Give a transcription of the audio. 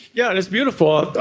yeah and it's beautiful,